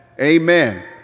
Amen